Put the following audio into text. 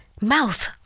mouth